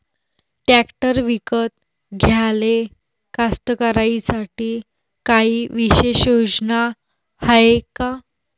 Tractor विकत घ्याले कास्तकाराइसाठी कायी विशेष योजना हाय का?